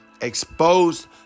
exposed